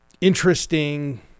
interesting